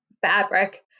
fabric